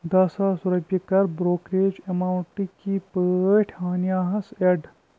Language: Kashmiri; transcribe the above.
دَہ ساس رۄپیہِ کَر برٛوکریج ایماونٹٕکی پٲٹھۍ ہانِیہ ہَس ایڈ